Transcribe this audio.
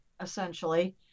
essentially